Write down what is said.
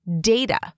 data